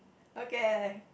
okay